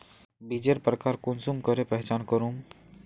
बीजेर प्रकार कुंसम करे पहचान करूम?